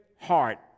heart